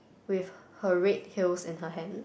with her red heels in her hand